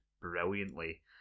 brilliantly